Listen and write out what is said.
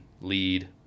lead